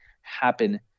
happen